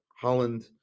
holland